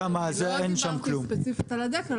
אני לא דיברתי ספציפית על הדקל,